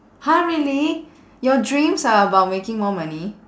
!huh! really your dreams are about making more money